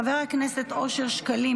חבר הכנסת אושר שקלים,